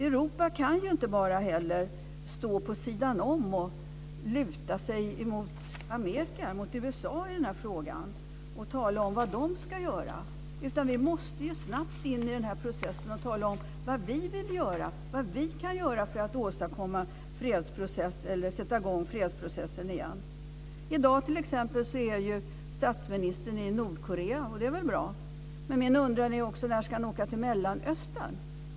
Europa kan inte heller bara stå vid sidan om och luta sig mot USA och tala om vad USA ska göra. Vi måste snabbt in i processen och tala om vad vi vill och kan göra för att sätta i gång fredsprocessen igen. I dag är statsministern på besök i Nordkorea, och det är ju bra. Men jag undrar när han ska åka till Mellanöstern.